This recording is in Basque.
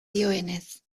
dioenez